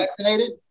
vaccinated